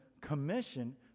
commission